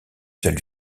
seule